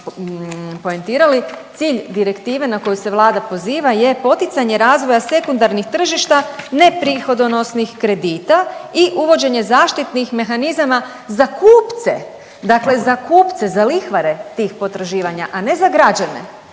poentirali, cilj direktive na koju se Vlada poziva je poticanje razvoja sekundarnih tržišta ne prihodonosnih kredita i uvođenje zaštitnih mehanizama za kupce, dakle za kupce, za lihvare tih potraživanja, a ne za građane,